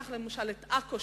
קח למשל את עכו,